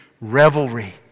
revelry